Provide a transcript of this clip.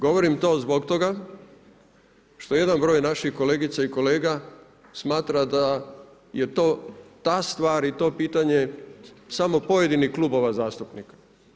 Govorim to zbog toga što jedan broj naših kolegica i kolega smatra da je ta stvar i to pitanje samo pojedinih klubova zastupnika.